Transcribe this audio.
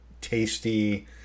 tasty